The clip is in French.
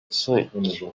cinq